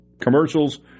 commercials